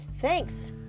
thanks